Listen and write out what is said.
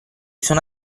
sono